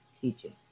teaching